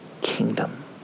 kingdom